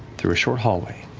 through a short hallway.